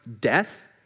death